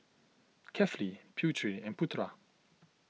Kefli Putri and Putra